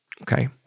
okay